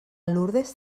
lurdes